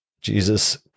Jesus